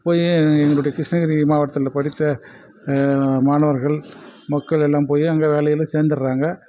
போய் எங்களுடைய கிருஷ்ணகிரி மாவட்டத்தில் படித்த மாணவர்கள் மக்களெல்லாம் போய் அங்கே வேலையில் சேர்ந்துட்றாங்க